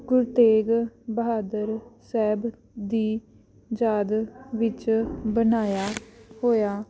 ਗੁਰ ਤੇਗ ਬਹਾਦਰ ਸਾਹਿਬ ਦੀ ਯਾਦ ਵਿੱਚ ਬਣਾਇਆ ਹੋਇਆ